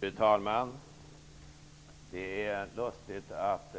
Fru talman! Det är lustigt att